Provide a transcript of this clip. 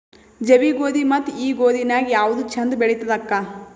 ಜವಿ ಗೋಧಿ ಮತ್ತ ಈ ಗೋಧಿ ನ್ಯಾಗ ಯಾವ್ದು ಛಂದ ಬೆಳಿತದ ಅಕ್ಕಾ?